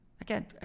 Again